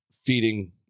feeding